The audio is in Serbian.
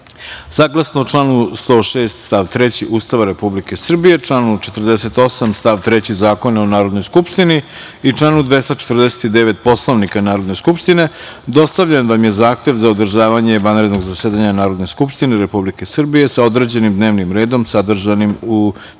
saglasno članu 106. stav 3. Ustava Republike Srbije, članu 48. stav 3. Zakona o Narodnoj skupštini i članu 249. Poslovnika Narodne skupštine, dostavljen vam je Zahtev za održavanje vanrednog zasedanja Narodne skupštine Republike Srbije sa određenim dnevnim redom sadržanim u tom